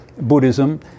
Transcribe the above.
Buddhism